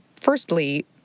firstly